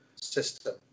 system